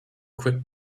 quit